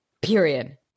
Period